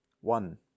One